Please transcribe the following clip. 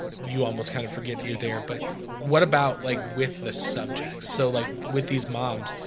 you almost kind of forget that you're there, but what about like with the subjects so like with these moms?